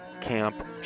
camp